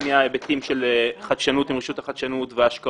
להטמיע היבטים של חדשנות עם רשות החדשנות וההשקעות